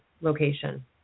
location